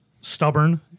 stubborn